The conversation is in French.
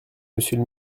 monsieur